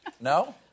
No